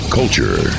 culture